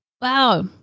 Wow